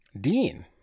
Dean